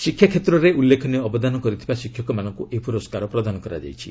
ଶିକ୍ଷାକ୍ଷେତ୍ରରେ ଉଲ୍ଲ୍ଖେନୀୟ ଅବଦାନ କରିଥିବା ଶିକ୍ଷକମାନଙ୍କୁ ଏହି ପୁରସ୍କାର ପ୍ରଦାନ କରାଯାଇଛି